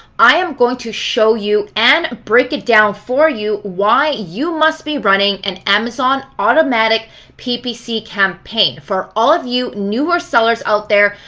i am going to show you and break it down for you why you must be running an amazon automatic ppc campaign. for all of you newer sellers out there,